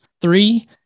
three